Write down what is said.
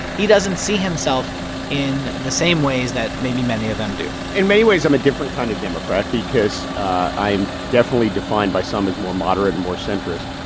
he doesn't see himself in the same ways that maybe many of them do in many ways, i'm a different kind of democrat because i'm definitely defined by some as more moderate and more centrist.